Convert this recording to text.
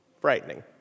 frightening